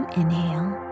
inhale